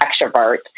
extrovert